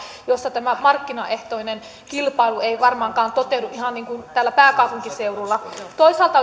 missä tämä markkinaehtoinen kilpailu ei varmaankaan toteudu ihan niin kuin täällä pääkaupunkiseudulla toisaalta